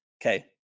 Okay